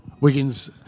Wiggins